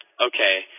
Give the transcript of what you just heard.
okay